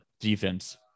defense